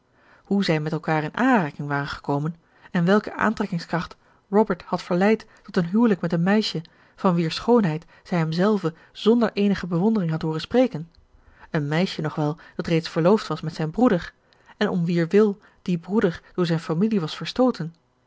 hoe zij met elkaar in aanraking waren gekomen en welke aantrekkingskracht robert had verleid tot een huwelijk met een meisje van wier schoonheid zij hem zelve zonder eenige bewondering had hooren spreken een meisje nog wel dat reeds verloofd was met zijn broeder en om wier wil die broeder door zijn familie was verstooten